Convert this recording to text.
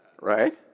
Right